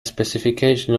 specification